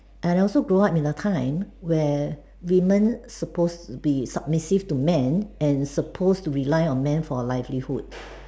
and I also grow up in a time where women supposed to be submissive to men and supposed to rely on men for livelihood